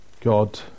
God